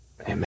Amen